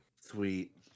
sweet